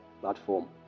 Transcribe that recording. platform